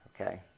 Okay